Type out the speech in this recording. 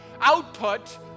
output